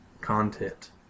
Content